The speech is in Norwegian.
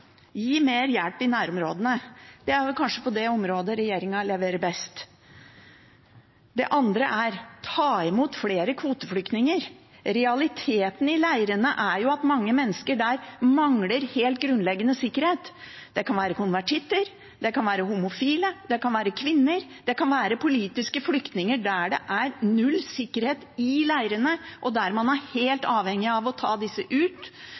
Gi mer hjelp i nærområdene. – Det er vel kanskje på det området regjeringen leverer best. Det andre er: Ta imot flere kvoteflyktninger. Realiteten i leirene er at mange mennesker mangler helt grunnleggende sikkerhet. Det kan være konvertitter, det kan være homofile, det kan være kvinner, og det kan være politiske flyktninger. Det er null sikkerhet i leirene, og man er helt avhengig av å ta disse ut,